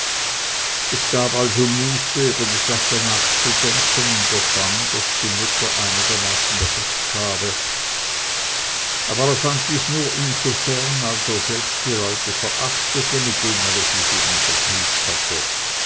es gab also muße über die sache nachzudenken und er fand daß die mutter einigermaßen recht habe aber er fand dies nur insofern als er selbst die leute verachtete mit denen er sich eben vergnügt hatte